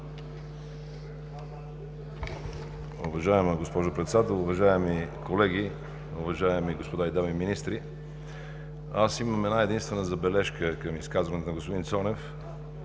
Уважаема госпожо Председател, уважаеми колеги, уважаеми дами и господа министри! Аз имам една-единствена забележка към изказването на господин Цонев